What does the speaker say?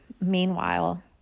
Meanwhile